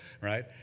right